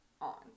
on